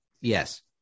yes